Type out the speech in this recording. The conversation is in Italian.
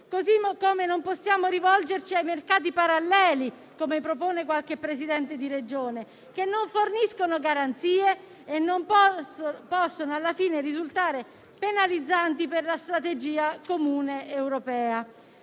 modo, non possiamo rivolgerci ai mercati paralleli, come propone qualche Presidente di Regione, che non forniscono garanzie e possono alla fine risultare penalizzanti per la strategia comune europea.